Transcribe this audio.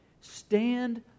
Stand